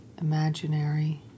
imaginary